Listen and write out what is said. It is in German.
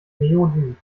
neodym